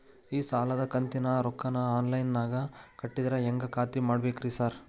ಈ ಸಾಲದ ಕಂತಿನ ರೊಕ್ಕನಾ ಆನ್ಲೈನ್ ನಾಗ ಕಟ್ಟಿದ್ರ ಹೆಂಗ್ ಖಾತ್ರಿ ಮಾಡ್ಬೇಕ್ರಿ ಸಾರ್?